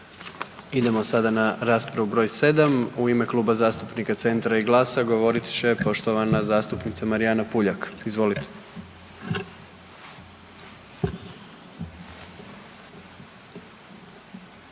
Idemo sada na raspravu broj sedam u ime Kluba zastupnika Centra i GLAS-a govorit će poštovana zastupnica Marijana PUljak. Izvolite.